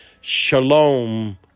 Shalom